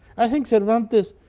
i think cervantes,